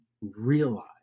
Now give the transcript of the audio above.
realize